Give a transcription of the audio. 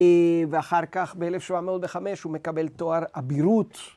‫ואחר כך, ב-1705, ‫הוא מקבל תואר אבירות.